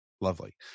Lovely